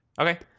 Okay